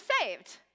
saved